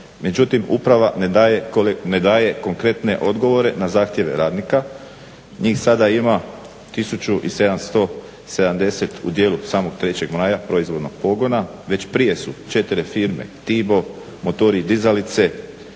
Međutim, uprava ne daje konkretne odgovore na zahtjeve radnika. Njih sada ima 1770 u dijelu samog 3. maja proizvodnog pogona, već prije su 4 firme (Tibo, Motori i dizalice,